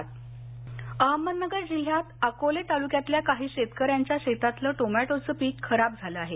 tomato Ahmednagar Ahmednagar जिल्ह्यात अकोले तालुक्यातल्या काही शेतकऱ्यांच्या शेतातलं टोमॅटो पीक खराब झालं आहे